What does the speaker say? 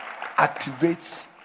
activates